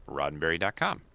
roddenberry.com